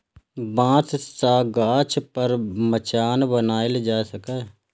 बांस सं गाछ पर मचान बनाएल जा सकैए